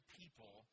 people